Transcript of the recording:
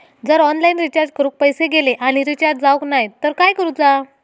जर online recharge करून पैसे गेले आणि रिचार्ज जावक नाय तर काय करूचा?